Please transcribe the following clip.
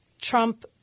trump